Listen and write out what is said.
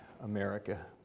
America